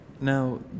Now